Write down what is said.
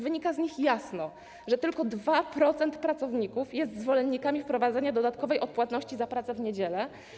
Wynika z nich jasno, że tylko 2% pracowników jest zwolennikami wprowadzenia dodatkowej odpłatności za pracę w niedziele.